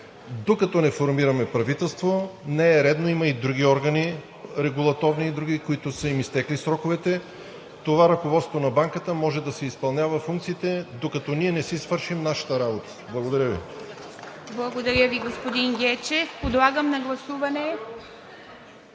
Докато не формираме правителство, не е редно. Има и други регулаторни органи, на които са им изтекли сроковете. Това ръководство на Банката може да си изпълнява функциите, докато ние не си свършим нашата работа. Благодаря Ви.